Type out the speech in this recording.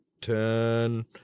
ten